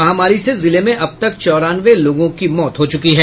महामारी से जिले में अब तक चौरानवे लोगों की मौत हो चुकी है